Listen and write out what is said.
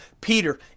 peter